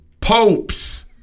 popes